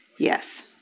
Yes